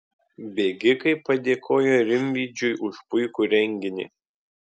bėgikai padėkojo rimvydžiui už puikų renginį